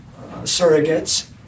surrogates